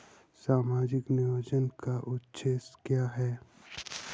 सामाजिक नियोजन का उद्देश्य क्या है?